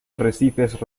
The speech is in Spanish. arrecifes